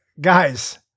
Guys